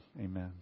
Amen